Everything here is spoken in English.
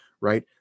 right